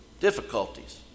Difficulties